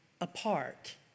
apart